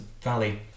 Valley